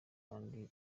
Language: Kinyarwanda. kandi